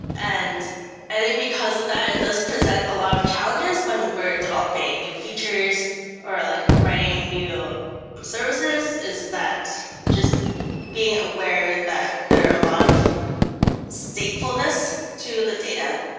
and i think because of that, it does present a lot of challenges when we're developing new features or like writing new services, is that just being aware that there are a lot of statefullness to the data.